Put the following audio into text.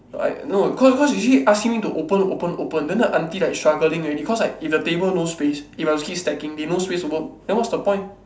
like no cause cause she keep asking me open open open then the aunty like struggling already cause like if the table no space if I keep stacking they no space to work then what's the point